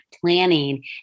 planning